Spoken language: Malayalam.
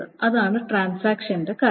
അതാണ് ട്രാൻസാക്ഷന്റെ കാര്യം